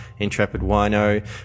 IntrepidWino